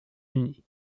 unis